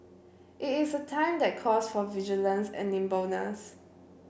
it is a time that calls for vigilance and nimbleness